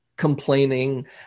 complaining